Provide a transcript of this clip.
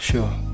Sure